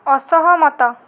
ଅସହମତ